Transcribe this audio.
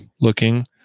looking